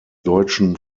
deutschen